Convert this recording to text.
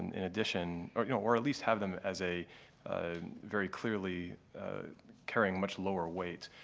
in addition or you know or at least have them as a very clearly carrying much lower weight.